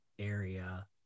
area